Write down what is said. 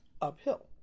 uphill